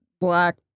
black